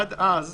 עד אז